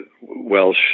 Welsh